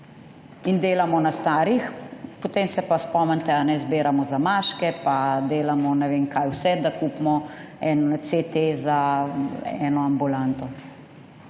In delamo na starih, potem se pa spomnite, zbiramo zamaške, pa delamo ne vem kaj vse, da kupimo en CT za eno ambulanto.